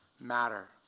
matter